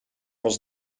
was